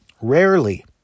Rarely